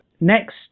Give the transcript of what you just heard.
Next